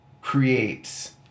creates